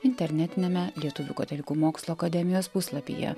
internetiniame lietuvių katalikų mokslo akademijos puslapyje